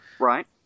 Right